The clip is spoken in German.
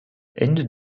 ende